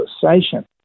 conversation